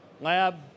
lab